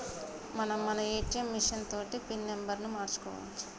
మనం మన ATM machine తోటి పిన్ నెంబర్ను మార్చుకోవచ్చు